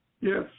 Yes